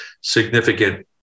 significant